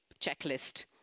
checklist